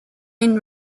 and